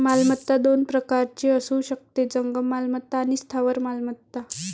मालमत्ता दोन प्रकारची असू शकते, जंगम मालमत्ता आणि स्थावर मालमत्ता